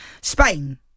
spain